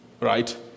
Right